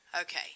Okay